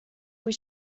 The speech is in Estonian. kui